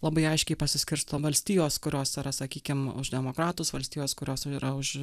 labai aiškiai pasiskirsto valstijos kurios yra sakykim už demokratus valstijos kurios yra už